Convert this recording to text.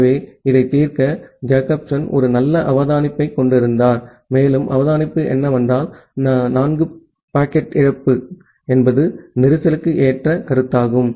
ஆகவே இதைத் தீர்க்க ஜேக்கப்சன் ஒரு நல்ல அவதானிப்பைக் கொண்டிருந்தார் மேலும் அவதானிப்பு என்னவென்றால் நன்கு பாக்கெட் இழப்பு என்பது கஞ்சேஸ்ன்க்கு ஏற்ற கருத்தாகும்